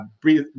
breathe